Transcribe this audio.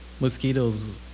mosquitoes